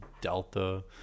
delta